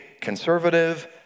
conservative